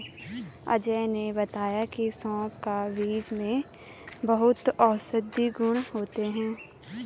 अजय ने बताया की सौंफ का बीज में बहुत औषधीय गुण होते हैं